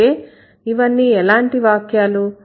అయితే ఇవన్నీ ఎలాంటి వాక్యాలు